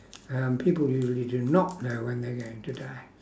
um people usually do not know when they are going to die